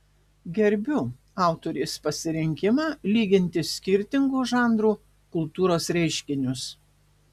gerbiu autorės pasirinkimą lyginti skirtingo žanro kultūros reiškinius